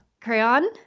Crayon